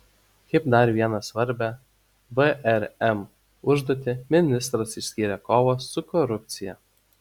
kaip dar vieną svarbią vrm užduotį ministras išskyrė kovą su korupcija